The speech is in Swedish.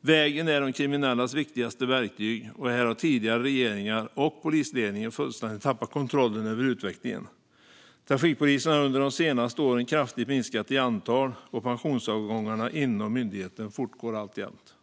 Vägen är de kriminellas viktigaste verktyg. Här har tidigare regeringar och polisledningen fullständigt tappat kontrollen över utvecklingen. Trafikpolisen har under de senaste åren kraftigt minskat i antal, och pensionsavgångarna inom myndigheten fortgår alltjämt.